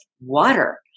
water